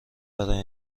برای